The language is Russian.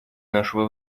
нашего